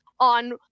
on